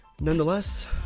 Nonetheless